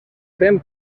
fem